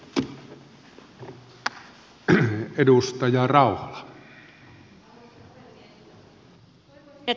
arvoisa puhemies